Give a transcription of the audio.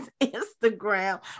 Instagram